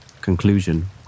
conclusion